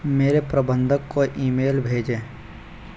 मेरे प्रबंधक को ईमेल भेजें